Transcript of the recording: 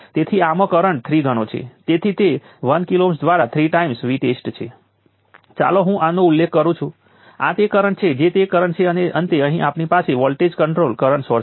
ચાલો આપણે એક ઝડપી આંકડાકીય ઉદાહરણ લઈએ મારી પાસે કેપેસિટર C છે પછી વોલ્ટેજ V અને એક કરંટ I છે